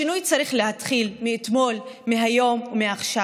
השינוי צריך להתחיל מאתמול, מהיום ומעכשיו.